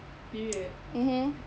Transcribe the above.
mmhmm